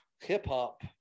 hip-hop